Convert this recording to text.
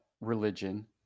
religion